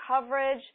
coverage